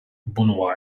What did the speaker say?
boonville